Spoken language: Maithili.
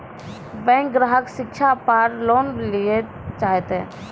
बैंक ग्राहक शिक्षा पार लोन लियेल चाहे ते?